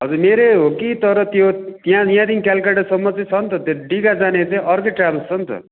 हजुर मेरै हो कि तर त्यो त्यहाँ यहाँदेखि कलकत्तासम्म चाहिँ छ नि त डिगा जाने चाहिँ अर्कै ट्राभल्स छ नि त